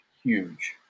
huge